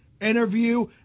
interview